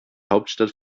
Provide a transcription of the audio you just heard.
hauptstadt